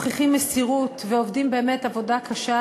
שמוכיחים מסירות ועובדים עבודה קשה,